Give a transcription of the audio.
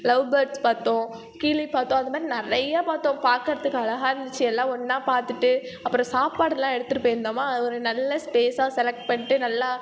love birds பார்த்தோம் கிளி பார்த்தோம் அது மாதிரி நிறைய பார்த்தோம் பார்க்குறதுக்கு அழகாக இருந்துச்சு எல்லாம் ஒன்றா பார்த்துட்டு அப்புறம் சாப்பாடுல்லாம் எடுத்துட்டு போயிருந்தோம்மா அது ஒரு நல்ல ஸ்பேஸ்சாக செலக்ட் பண்ணிட்டு நல்லா